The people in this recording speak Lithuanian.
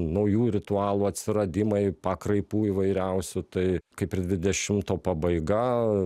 naujų ritualų atsiradimai pakraipų įvairiausių tai kaip ir dvidešimto pabaiga